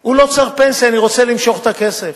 הוא לא צריך פנסיה, אני רוצה למשוך את הכסף.